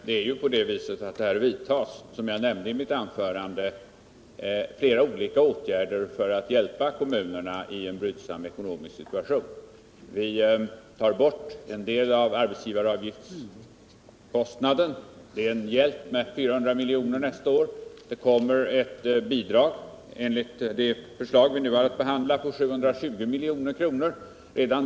Herr talman! Som jag nämnde i mitt förra anförande vidtas flera olika åtgärder för att hjälpa kommunerna i en brydsam ekonomisk situation. Vi tar bort en del av arbetsgivaravgiftskostnaden. Det är en hjälp med ca 900 milj.kr. nästa år. Enligt det förslag vi nu har att behandla skall det utgå ett bidrag på 720 milj.kr.